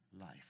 life